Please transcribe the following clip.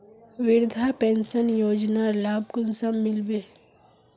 वृद्धा पेंशन योजनार लाभ कुंसम मिलबे?